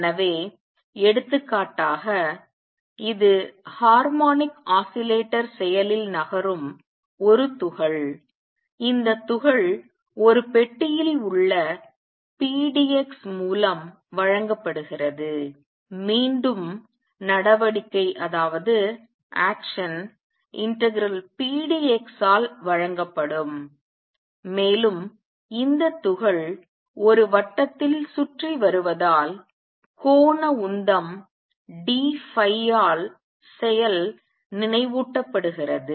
எனவே எடுத்துக்காட்டாக இது ஹார்மோனிக் ஆஸிலேட்டர் செயலில் நகரும் ஒரு துகள் இந்த துகள் ஒரு பெட்டியில் உள்ள pdx மூலம் வழங்கப்படுகிறது மீண்டும் நடவடிக்கை ∫pdx ஆல் வழங்கப்படும் மேலும் இந்த துகள் ஒரு வட்டத்தில் சுற்றி வருவதால் கோண உந்தம் dϕ ஆல் செயல் நினைவூட்டபடுகிறது